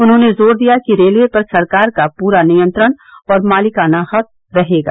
उन्होंने जोर दिया कि रेलवे पर सरकार का पूरा नियंत्रण और मालिकाना हक रहेगा